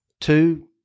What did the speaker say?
two